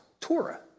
Torah